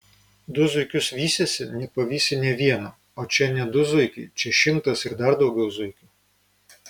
du zuikius vysiesi nepavysi nė vieno o čia ne du zuikiai čia šimtas ir dar daugiau zuikių